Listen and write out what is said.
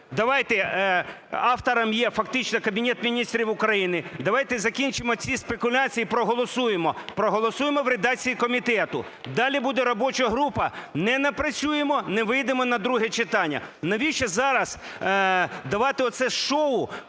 зробив. Автором є фактично Кабінет Міністрів України. Давайте закінчимо ці спекуляції і проголосуємо. Проголосуємо в редакції комітету. Далі буде робоча група. Не напрацюємо – не вийдемо на друге читання. Навіщо зараз давати оце шоу,